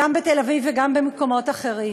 גם בתל-אביב וגם במקומות אחרים,